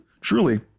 truly